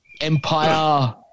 empire